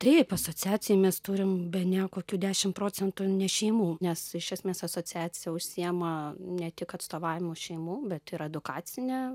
taip asociacijoj mes turim bene kokių dešim procentų šeimų nes iš esmės asociacija užsiima ne tik atstovavimu šeimų bet ir edukacine